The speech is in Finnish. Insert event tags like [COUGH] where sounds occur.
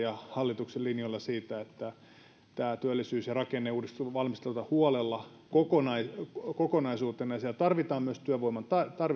[UNINTELLIGIBLE] ja hallituksen linjoilla siinä että tämä työllisyys ja rakenneuudistus valmistellaan huolella kokonaisuutena ja siellä tarvitaan työvoiman